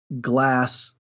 glass